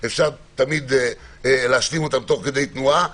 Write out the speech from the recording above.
אפשר תמיד להשלימם תוך כדי תנועה.